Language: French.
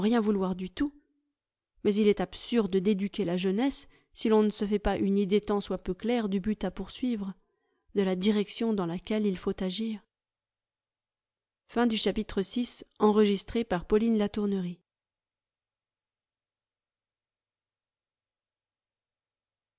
vouloir du tout mais il est absurde d'éduquer la jeunesse si l'on ne se fait pas une idée tant soit peu claire du but à poursuivre de la direction dans laquelle il faut agir